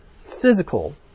physical